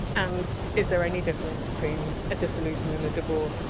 and is there any difference between a dissolution and a divorce?